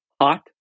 hot